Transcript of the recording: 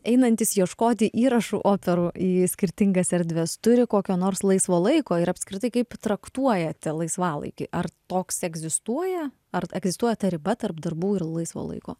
einantis ieškoti įrašų operų į skirtingas erdves turi kokio nors laisvo laiko ir apskritai kaip traktuojate laisvalaikį ar toks egzistuoja ar egzistuoja ta riba tarp darbų ir laisvo laiko